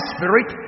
Spirit